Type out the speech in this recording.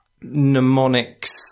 mnemonics